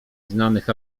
znanych